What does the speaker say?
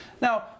Now